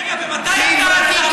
רגע, ומתי אתה, חברתית-כלכלית?